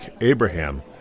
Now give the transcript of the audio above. Abraham